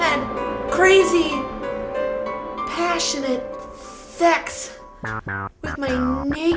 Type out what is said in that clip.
and crazy passionate sex